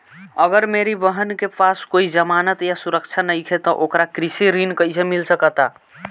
अगर मेरी बहन के पास कोई जमानत या सुरक्षा नईखे त ओकरा कृषि ऋण कईसे मिल सकता?